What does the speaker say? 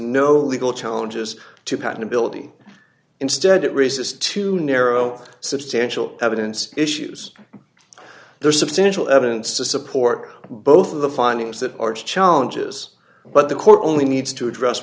no legal challenges to patent ability instead it resists to narrow substantial evidence issues there's substantial evidence to support both of the findings that are challenges but the core only needs to address